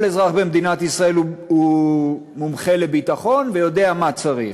כל אזרח במדינת ישראל הוא מומחה לביטחון ויודע מה צריך.